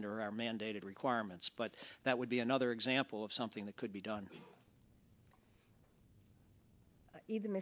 under our mandated requirements but that would be another example of something that could be done e